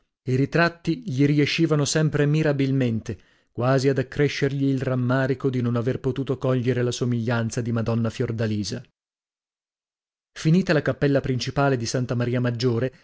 i ritratti gli riescivano sempre mirabilmente quasi ad accrescergli il rammarico di non aver potuto cogliere la somiglianza di madonna fiordalisa finita la cappella principale di santa maria maggiore